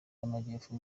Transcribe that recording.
y’amajyepfo